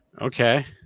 Okay